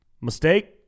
mistake